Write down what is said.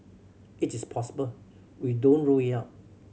it is possible we don't rule it out